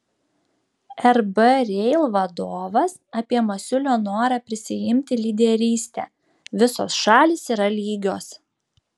rb rail vadovas apie masiulio norą prisiimti lyderystę visos šalys yra lygios